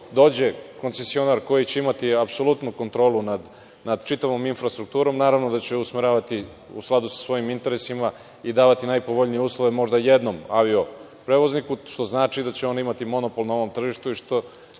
dođe koncesionar koji će imati apsolutnu kontrolu nad čitavom infrastrukturom naravno da će usmeravati u skladu sa svojim interesima i davati najpovoljnije uslove, možda jednom avio prevozniku, što znači da će on imati monopol nad ovim tržištom, što